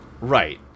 Right